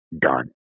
done